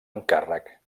encàrrec